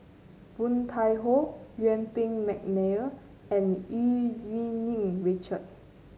Woon Tai Ho Yuen Peng McNeice and Eu Yee Ming Richard